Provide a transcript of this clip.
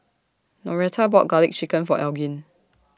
Noretta bought Garlic Chicken For Elgin